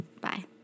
Bye